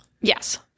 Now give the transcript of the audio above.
Yes